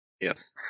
Yes